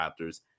Raptors